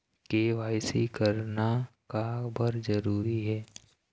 KYC करना का बर जरूरी हे?